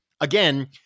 Again